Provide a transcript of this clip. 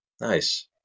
Nice